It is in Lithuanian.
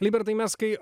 libertai mes kai